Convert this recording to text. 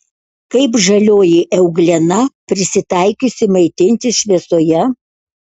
kaip žalioji euglena prisitaikiusi maitintis šviesoje